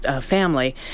family